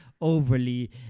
overly